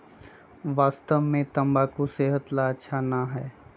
वास्तव में तंबाकू सेहत ला अच्छा ना है